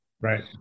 Right